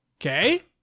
Okay